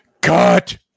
Cut